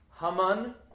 Haman